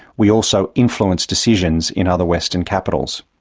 we also influence decisions in other western capitals.